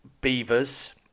Beavers